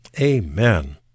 Amen